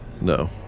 No